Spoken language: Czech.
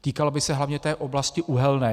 Týkal by se hlavně té oblasti Uhelné.